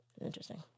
interesting